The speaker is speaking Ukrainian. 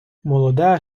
молоде